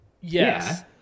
Yes